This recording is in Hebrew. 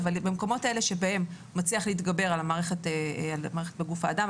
אבל במקומות האלה שבהם הוא מצליח להתגבר על המערכת בגוף האדם,